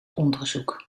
onderzoek